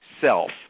self